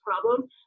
problem